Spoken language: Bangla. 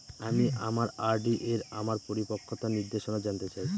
আমি আমার আর.ডি এর আমার পরিপক্কতার নির্দেশনা জানতে চাই